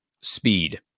speed